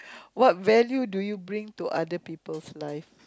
what value do you bring to other people's life